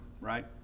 right